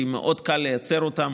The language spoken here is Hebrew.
כי מאוד קל לייצר אותן.